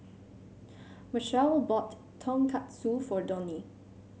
Machelle bought Tonkatsu for Donie